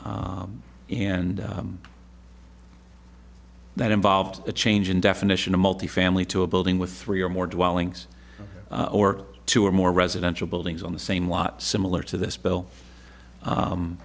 honan and that involved a change in definition a multifamily to a building with three or more dwellings or two or more residential buildings on the same lot similar to this bill